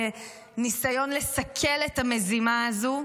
בניסיון לסכל את המזימה הזו.